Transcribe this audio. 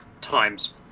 times